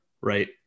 right